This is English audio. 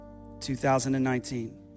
2019